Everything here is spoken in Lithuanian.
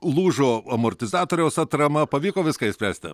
lūžo amortizatoriaus atrama pavyko viską išspręsti